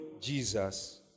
Jesus